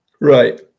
Right